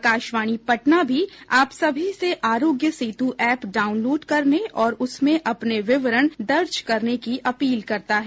आकाशवाणी पटना भी आप सभी से आरोग्य सेतु एप डाउनलोड करने और उसमें अपने विवरण दर्ज करने की अपील करता है